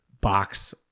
box